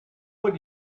would